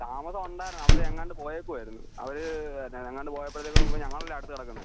താമസം ഉണ്ടായിരുന്നു അവിടെ എങ്ങാണ്ട് പോയിരിക്കുവായിരുന്നു അവർ എങ്ങാണ്ട് പോയപ്പോഴത്തേക്കും മുമ്പ് ഞങ്ങൾ അല്ലേ അടുത്ത് കിടക്കുന്നത്